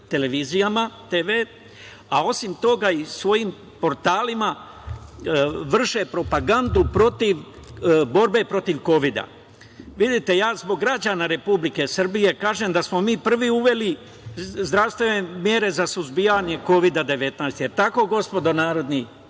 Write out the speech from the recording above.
televizijama, a osim toga i svojim portalima vrše propagandu protiv borbe protiv Kovida. Vidite, ja zbog građana Republike Srbije kažem da smo mi prvi uveli zdravstven mere za suzbijanje Kovida-19. Jel tako, gospodo narodni